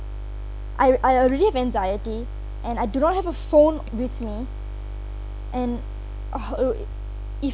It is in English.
I I already have anxiety and I do not have a phone with me and oh it uh it